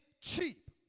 cheap